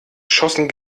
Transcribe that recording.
schossen